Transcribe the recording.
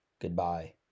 Goodbye